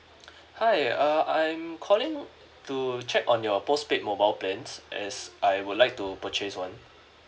hi uh I am calling to check on your postpaid mobile plans as I would like to purchase one